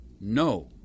No